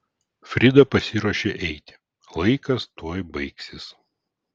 frida pasiruošė eiti laikas tuoj baigsis